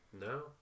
No